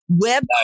web